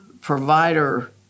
provider